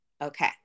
Okay